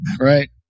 right